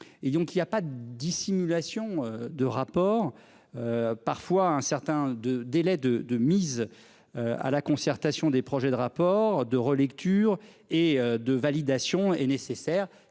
et donc il y a pas de dissimulation de rapports. Parfois un certain de délai de de mise. À la concertation des projets de rapport de relecture et de validation est nécessaire,